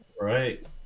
Right